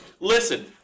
Listen